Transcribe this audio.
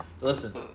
Listen